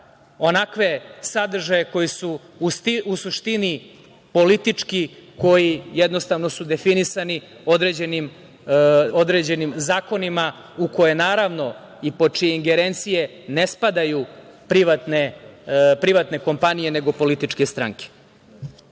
onakve sadržaje koji su u suštini politički, koji su jednostavno definisani određenim zakonima u koje, naravno, i pod čije ingerencije ne spadaju privatne kompanije, nego političke stranke? Mogu